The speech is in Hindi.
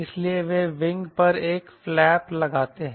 इसलिए वे विंग पर एक फ्लैप लगाते हैं